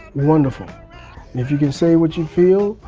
wonderful. and if you can say what you feel,